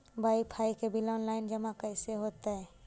Wifi के bill online जमा कैसे होतै?